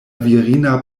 virina